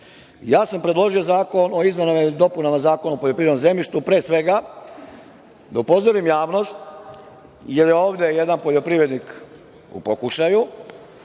sam predložio zakon o izmenama i dopunama Zakona o poljoprivrednom zemljištu, pre svega da upozorim javnost jer je ovde jedan poljoprivrednik u pokušaju,